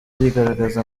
yigaragaza